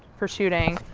for shooting.